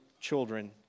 children